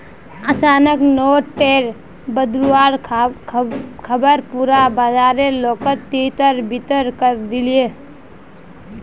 अचानक नोट टेर बदलुवार ख़बर पुरा बाजारेर लोकोत तितर बितर करे दिलए